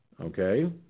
okay